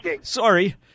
sorry